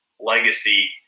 legacy